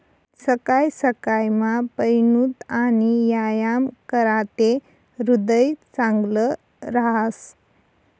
सकाय सकायमा पयनूत आणि यायाम कराते ह्रीदय चांगलं रहास